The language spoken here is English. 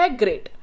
great